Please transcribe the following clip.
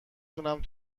تونم